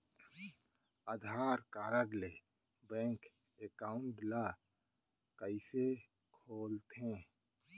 आधार card ले bank account ल कइसे खोलथे?